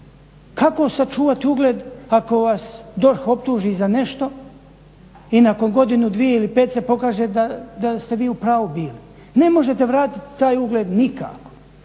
kako sačuvati ugleda ako vas DORH optuži za nešto i nakon godinu, dvije ili pet se pokaže da ste vi u pravu bili. Ne možete vratiti taj ugled nikako.